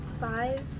five